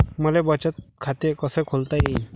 मले बचत खाते कसं खोलता येईन?